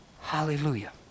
hallelujah